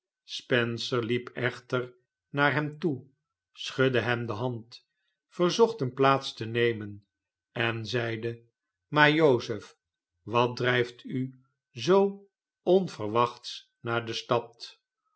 spencer liep echter naar hem toe schudde hem de hand verzocht hem plaats te nemen en zeide maar jozef wat drijft u zoo onverwachts naar de stad